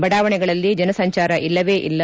ಬಡಾವಣೆಗಳಲ್ಲಿ ಜನ ಸಂಚಾರ ಇಲ್ಲವೇ ಇಲ್ಲ